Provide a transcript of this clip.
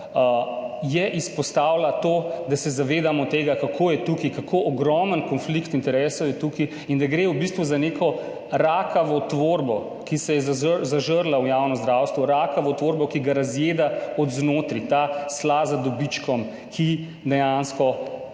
je izpostavila to, da se zavedamo tega, kako ogromen konflikt interesov je tukaj in da gre v bistvu za neko rakavo tvorbo, ki se je zažrla v javno zdravstvo, rakavo tvorbo, ki ga razjeda od znotraj, ta sla za dobičkom, ki dejansko